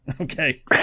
okay